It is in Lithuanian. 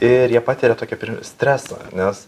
ir jie patiria tokį stresą nes